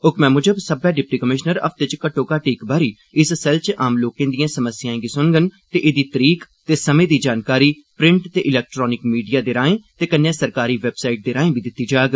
हुक्मै मुजब सब्बै डिप्टी कमिशनर हफ्ते च घट्टोघट्ट इक बारी इस सैल च आम लोकें दिए समस्याए गी सुनडन ते एह्दी तरीक ते समें दी जानकारी प्रिंट ते इलैक्ट्रानिक मीडिया दे राएं ते कन्नै सरकारी वैबसाइट दे राए बी दित्ती जाग